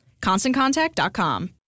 ConstantContact.com